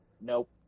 Nope